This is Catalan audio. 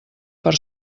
per